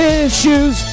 issues